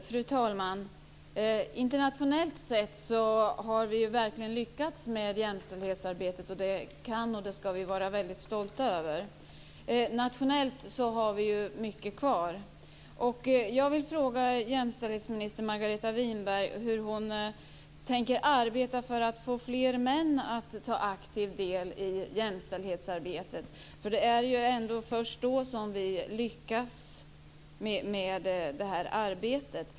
Fru talman! Internationellt sett har vi verkligen lyckats med jämställdhetsarbetet. Det kan och ska vi vara väldigt stolta över. Nationellt har vi mycket kvar. Jag vill fråga jämställdhetsminister Margareta Winberg hur hon tänker arbeta för att få fler män att ta aktiv del i jämställdhetsarbetet. Det är ju ändå först då som vi lyckas med det här arbetet.